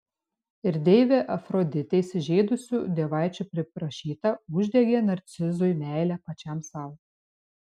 ir deivė afroditė įsižeidusių dievaičių priprašyta uždegė narcizui meilę pačiam sau